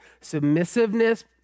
submissiveness